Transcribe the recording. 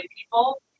people